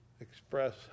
express